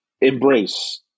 embrace